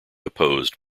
opposed